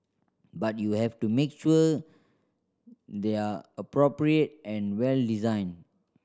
but you have to make sure they're appropriate and well designed